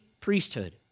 priesthood